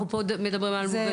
אנחנו מדברים פה על מוגנות.